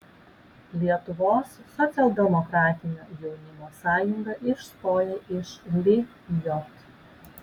lietuvos socialdemokratinio jaunimo sąjunga išstoja iš lijot